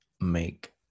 make